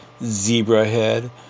Zebrahead